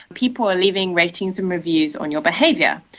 people are leaving ratings and reviews on your behaviour,